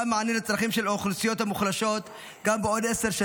מענה לצרכים של האוכלוסיות המוחלשות גם 10,